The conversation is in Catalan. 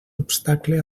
obstacle